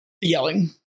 yelling